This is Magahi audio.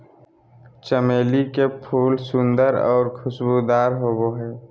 चमेली के फूल सुंदर आऊ खुशबूदार होबो हइ